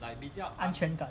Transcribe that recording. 安全感